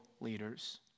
leaders